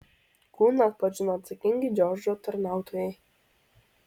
kūną atpažino atsakingi džordžo tarnautojai